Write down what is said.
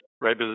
right